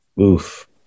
Oof